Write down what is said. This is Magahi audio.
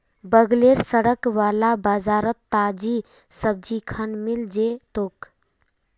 बगलेर सड़क वाला बाजारोत ताजी सब्जिखान मिल जै तोक